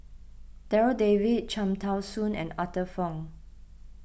Darryl David Cham Tao Soon and Arthur Fong